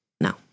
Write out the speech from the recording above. No